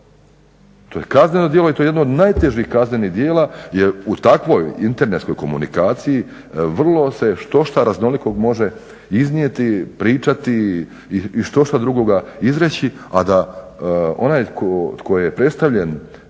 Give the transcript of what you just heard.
To je kazneno djelo i to je jedno od najtežih kaznenih djela jer u takvoj internetskoj komunikaciji vrlo se štošta raznolikog može iznijeti, pričati i štošta drugoga izreći, a da onaj tko je krivo predstavljen